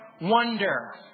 wonder